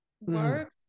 work